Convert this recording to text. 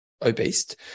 obese